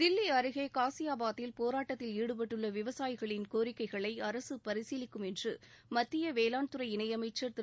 தில்லி அருகே காசியாபாத்தில் போராட்டத்தில் ஈடுபட்டுள்ள விவசாயிகளின் கோரிக்கைகளை அரசு பரிசீலிக்கும் என்று மத்திய வேளாண் துறை இணையமைச்சர் திரு